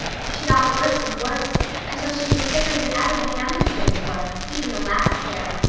she got worse and worse until she was sicker than ever the hammond twins were, even the last pair.